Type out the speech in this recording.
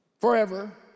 forever